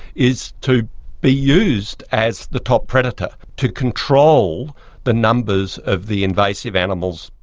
is to be used as the top predator to control the numbers of the invasive animals.